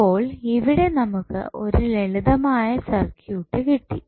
അപ്പോൾ ഇവിടെ നമുക്ക് ഒരു ലളിതമായ സർക്യൂട്ട് കിട്ടി